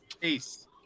Peace